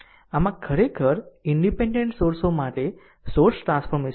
આમ આ ખરેખર ઈનડીપેન્ડેન્ટ સોર્સો માટે સોર્સ ટ્રાન્સફોર્મેશન છે